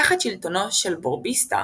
תחת שלטונו של בורביסטה,